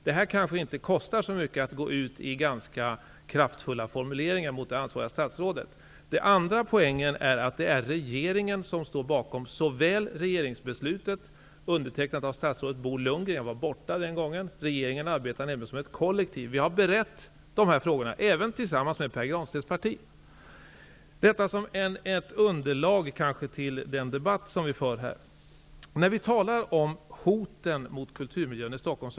Men det kostar ju inte så mycket att gå ut med kraftfulla formuleringar mot det ansvariga statsrådet. En annan poäng är att det är regeringen som står bakom regeringsbeslutet, som undertecknades av statsrådet Bo Lundgren. Jag var själv inte då närvarande. Regeringen arbetar nämligen som ett kollektiv. Vi har berett dessa frågor även tillsammans med Pär Granstedts parti. Jag säger detta som ett underlag för den debatt som vi nu för. Jag håller med de fyra talarna när det gäller hoten mot kulturmiljön i Stockholm.